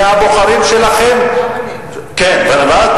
זה הבוחרים שלכם, גם אני.